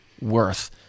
worth